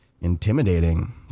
intimidating